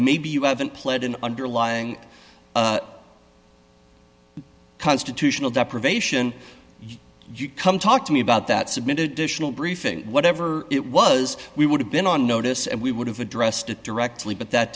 maybe you haven't pled an underlying constitutional deprivation come talk to me about that submitted additional briefing whatever it was we would have been on notice and we would have addressed it directly but that